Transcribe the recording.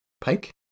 Pike